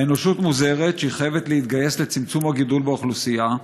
האנושות מוזהרת שהיא חייבת להתגייס לצמצום הגידול באוכלוסייה,